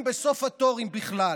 בסוף התור, אם בכלל.